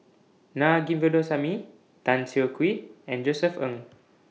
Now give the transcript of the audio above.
Naa Govindasamy Tan Siah Kwee and Josef Ng